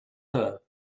her